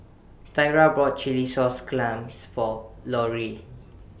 Tyra bought Chilli Sauce Clams For Lorrie